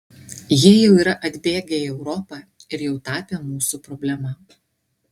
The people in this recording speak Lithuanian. jie jau yra atbėgę į europą ir jau tapę mūsų problema